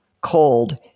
cold